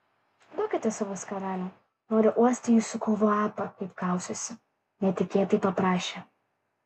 duokite savo skarelę noriu uosti jūsų kvapą kai kausiuosi netikėtai paprašė